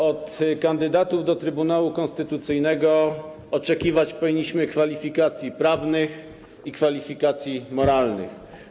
Od kandydatów do Trybunału Konstytucyjnego oczekiwać powinniśmy kwalifikacji prawnych i kwalifikacji moralnych.